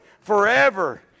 forever